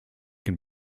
can